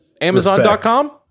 Amazon.com